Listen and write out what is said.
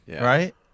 Right